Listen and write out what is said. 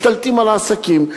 משתלטים על העסקים.